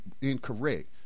incorrect